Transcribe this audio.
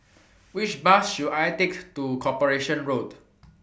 Which Bus should I Take to Corporation Road